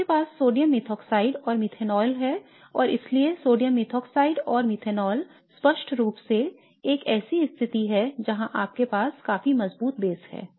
आपके पास sodium methoxide और मेथनॉल है और इसलिए सोडियम मेथॉक्साइड और मेथनॉल स्पष्ट रूप से एक ऐसी स्थिति है जहां आपके पास काफी मजबूत base मौजूद है